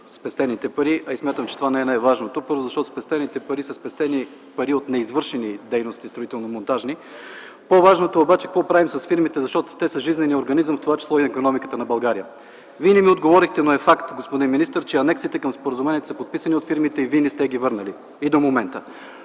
спестените пари, а и смятам, че това не е най-важното – първо, защото спестените пари са спестени пари от неизвършени строително-монтажни дейности. По-важното обаче е какво правим с фирмите, защото те са жизнения организъм, в това число и икономиката на България. Господин министър, Вие не ми отговорихте, но е факт, че анексите към споразуменията са подписани от фирмите и Вие не сте ги върнали и до момента.